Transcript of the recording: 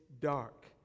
dark